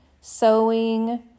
sewing